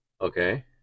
okay